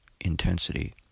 intensity